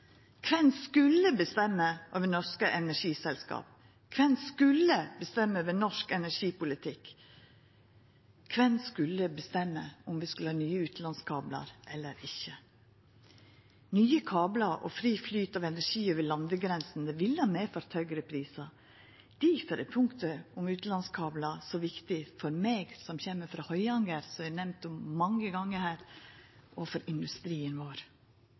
Kven skulle bestemma over norske energiselskap? Kven skulle bestemma over norsk energipolitikk? Kven skulle bestemma om vi skulle ha nye utanlandskablar eller ikkje? Nye kablar og fri flyt av energi over landegrensene ville ha medført høgare prisar. Difor er punktet om utanlandskablar så viktig for meg som kjem frå Høyanger, som er nemnt mange gonger her, og for industrien vår.